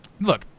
Look